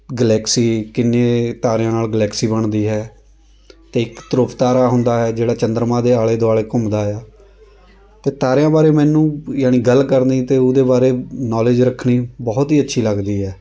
galaxy ਕਿੰਨੇ ਤਾਰਿਆਂ ਨਾਲ਼ ਗਲੈਕਸੀ ਬਣਦੀ ਹੈ ਅਤੇ ਇੱਕ ਧਰੁਵ ਤਾਰਾ ਹੁੰਦਾ ਹੈ ਜਿਹੜਾ ਚੰਦਰਮਾ ਦੇ ਆਲ਼ੇ ਦੁਆਲ਼ੇ ਘੁੰਮਦਾ ਆ ਅਤੇ ਤਾਰਿਆਂ ਬਾਰੇ ਮੈਨੂੰ ਜਾਣੀ ਗੱਲ ਕਰਨ ਅਤੇ ਉਹਦੇ ਬਾਰੇ ਨੌਲੇਜ ਰੱਖਣੀ ਬਹੁਤ ਹੀ ਅੱਛੀ ਲੱਗਦੀ ਹੈ